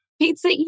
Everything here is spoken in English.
pizza